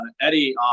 eddie